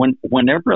whenever